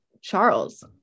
Charles